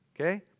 Okay